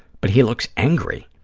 but he looks angry.